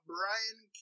Brian